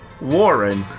Warren